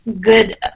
good